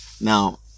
Now